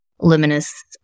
Luminous